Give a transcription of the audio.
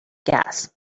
gas